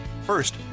First